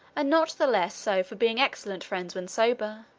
and not the less so for being excellent friends when sober.